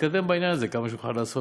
להתקדם בעניין הזה כמה שנוכל לעשות.